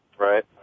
Right